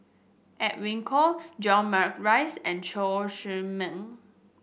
Edwin Koek John Morrice and Chew Chor Meng